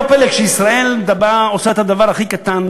לא פלא שכשישראל עושה את הדבר הכי קטן,